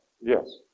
Yes